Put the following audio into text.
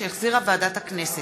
שהחזירה ועדת הכנסת.